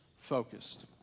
focused